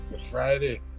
Friday